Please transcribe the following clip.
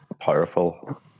powerful